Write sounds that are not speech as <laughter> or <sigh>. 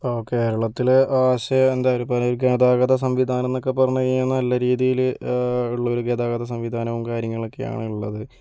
ഇപ്പോൾ കേരളത്തില് <unintelligible> ഗതാഗത സംവിധാനന്നൊക്കെ പറഞ്ഞുകഴിഞ്ഞാൽ നല്ലരീതില് ഉള്ളൊരു ഗതാഗത സംവിധാനവും കാര്യങ്ങളൊക്കെ ആണുള്ളത്